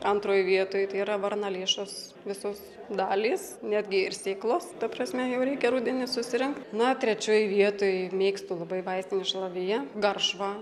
antroj vietoj tai yra varnalėšos visos dalys netgi ir sėklos ta prasme jau reikia rudenį susirinkt na trečioj vietoj mėgstu labai vaistinį šalaviją garšva